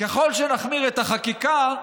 ככל שנחמיר את החקיקה,